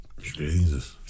Jesus